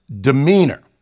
demeanor